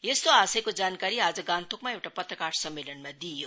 यस्तो आशयको जानकारी आज गान्तोकमा एउटा पत्रकार सम्मेलनमा दिइयो